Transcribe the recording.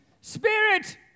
Spirit